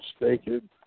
mistaken